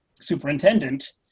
superintendent